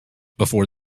before